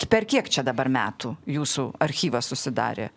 per kiek čia dabar metų jūsų archyvas susidarė